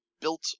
built